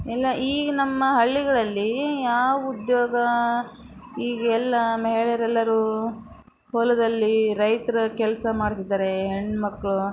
ಎಲ್ಲ ಈ ನಮ್ಮ ಹಳ್ಳಿಗಳಲ್ಲಿ ಯಾವ ಉದ್ಯೋಗ ಈಗ ಎಲ್ಲ ಮಹಿಳೆಯರೆಲ್ಲರೂ ಹೊಲದಲ್ಲಿ ರೈತರ ಕೆಲಸ ಮಾಡ್ತಿದಾರೆ ಹೆಣ್ಣುಮಕ್ಳು